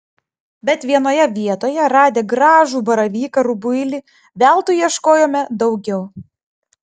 bet vienoje vietoje radę gražų baravyką rubuilį veltui ieškojome daugiau